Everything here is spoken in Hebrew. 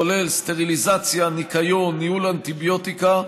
כולל סטריליזציה, ניקיון וניהול אנטיביוטיקה,